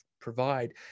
provide